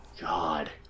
God